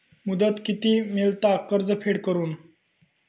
मुदत किती मेळता कर्ज फेड करून?